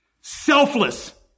Selfless